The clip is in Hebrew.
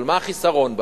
אבל מה החיסרון בה?